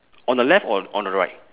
on the left or on the right